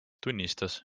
tunnistas